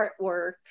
artwork